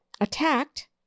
attacked